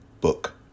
book